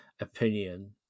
opinion